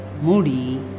Moody